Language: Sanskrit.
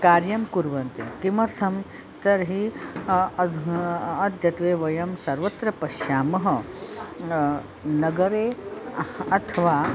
कार्यं कुर्वन्ति किमर्थं तर्हि अद् अद्यत्वे वयं सर्वत्र पश्यामः नगरे अहं अथवा